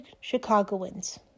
Chicagoans